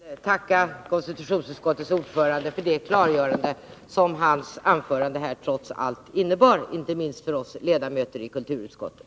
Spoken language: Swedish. Herr talman! Jag vill tacka konstitutionsutskottets ordförande för det klargörande som hans anförande här trots allt innebar, inte minst för oss ledamöter i kulturutskottet.